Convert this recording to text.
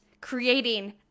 creating